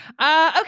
Okay